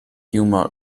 humor